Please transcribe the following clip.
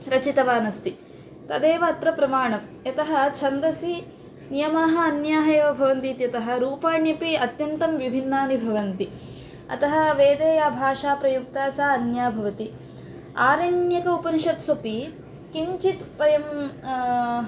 रचितवान् अस्ति तदेव अत्र प्रमाणं यतः छन्दसि नियमाः अन्याः एव भवन्ति इत्यतः रूपाण्यपि अत्यन्तं विभिन्नानि भवन्ति अतः वेदे या भाषा प्रयुक्ता सा अन्या भवति आरण्यकोपनिषत्स्वपि किञ्चित् वयं